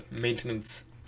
maintenance